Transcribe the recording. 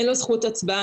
אין לו זכות הצבעה,